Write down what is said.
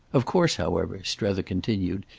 of course, however, strether continued,